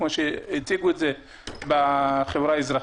כמו שהציגו בחברה האזרחית?